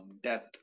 Death